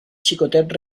xicotet